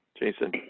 Jason